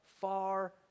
far